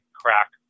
crack